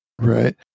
Right